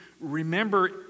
remember